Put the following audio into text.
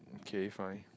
K fine